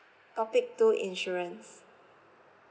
topic two insurance